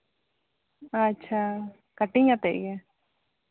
ᱟᱪᱪᱷᱟ ᱠᱟᱴᱤᱝ ᱟᱛᱮᱫ ᱜᱮ